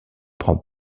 prend